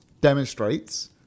demonstrates